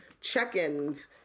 check-ins